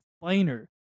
finer